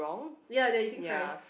ya they are eating fries